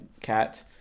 cat